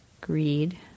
greed